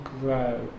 grow